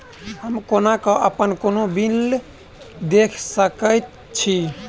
हम कोना कऽ अप्पन कोनो बिल देख सकैत छी?